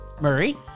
Murray